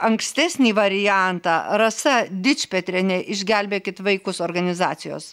ankstesnį variantą rasa dičpetrienė iš gelbėkit vaikus organizacijos